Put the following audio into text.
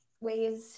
ways